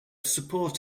support